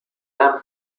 dame